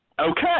okay